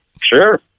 sure